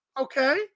Okay